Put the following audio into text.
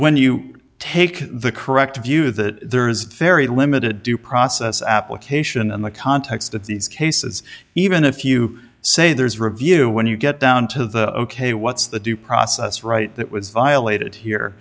when you take the correct view that there is very limited due process application in the context of these cases even if you say there is review when you get down to the ok what's the due process right that was violated here